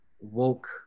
woke